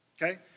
Okay